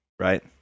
Right